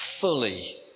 fully